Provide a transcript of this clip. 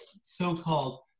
so-called